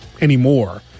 anymore